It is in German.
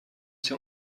sie